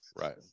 Right